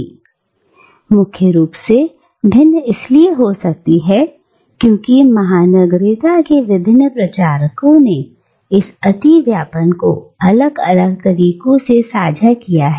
और मुख्य रूप से भिन्न इसलिए हो सकती है क्योंकि महानगरीयता के विभिन्न प्रचारकों ने इस अतिव्यापन को अलग अलग तरीकों से साझा किया है